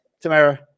Tamara